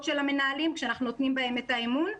של המנהלים כשאנחנו נותנים בהם את האמון.